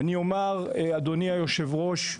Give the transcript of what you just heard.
אדוני היושב-ראש,